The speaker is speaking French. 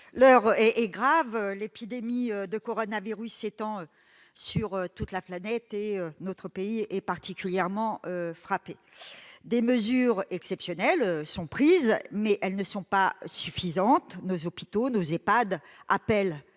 L'heure est grave. L'épidémie de coronavirus s'étend sur toute la planète, et notre pays est particulièrement frappé. Des mesures exceptionnelles sont prises, mais elles ne sont pas suffisantes. Nos hôpitaux, nos Ehpad appellent